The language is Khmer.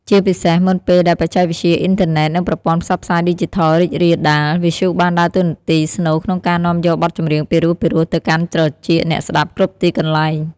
ជាពិសេស មុនពេលដែលបច្ចេកវិទ្យា អ៊ីនធឺណិត និងប្រព័ន្ធផ្សព្វផ្សាយឌីជីថលរីករាលដាល វិទ្យុបានដើរតួនាទីស្នូលក្នុងការនាំយកបទចម្រៀងពីរោះៗទៅកាន់ត្រចៀកអ្នកស្ដាប់គ្រប់ទីកន្លែង។